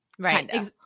Right